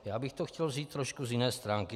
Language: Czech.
Já bych to chtěl vzít trošku z jiné stránky.